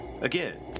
Again